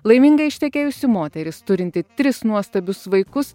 laimingai ištekėjusi moteris turinti tris nuostabius vaikus